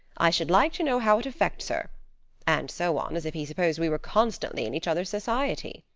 i should like to know how it affects her and so on, as if he supposed we were constantly in each other's society.